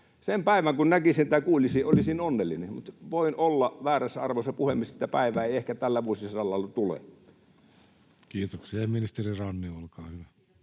Sen päivän kun näkisin tai kuulisin, olisin onnellinen. Voin olla väärässä, arvoisa puhemies, mutta sitä päivää ei ehkä tällä vuosisadalla tule. Kiitoksia. — Ja ministeri Ranne, olkaa hyvä.